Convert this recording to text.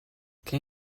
can